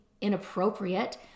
inappropriate